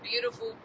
beautiful